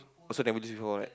also never do this before right